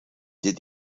did